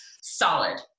solid